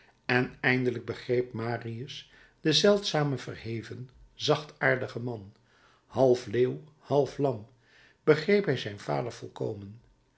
en eindelijk begreep marius den zeldzamen verheven zachtaardigen man half leeuw half lam begreep hij zijn vader volkomen